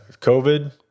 COVID